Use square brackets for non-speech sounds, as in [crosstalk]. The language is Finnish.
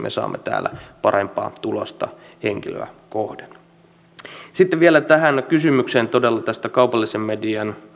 [unintelligible] me saamme täällä parempaa tulosta henkilöä kohden sitten vielä tähän kysymykseen todella tästä kaupallisen median